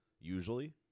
Usually